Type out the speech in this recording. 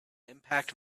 impact